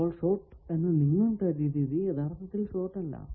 അപ്പോൾ ഷോർട് എന്ന് നിങ്ങൾ കരുതിയത് യഥാർത്ഥത്തിൽ ഷോർട് അല്ല